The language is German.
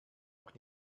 auch